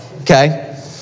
okay